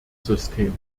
system